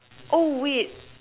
oh wait